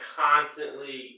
constantly